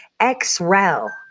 XREL